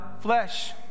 flesh